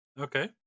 Okay